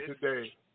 today